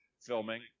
filming